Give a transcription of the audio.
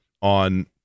on